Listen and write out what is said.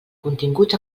continguts